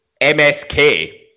MSK